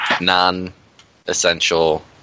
non-essential